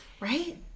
right